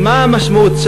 מה המשמעות?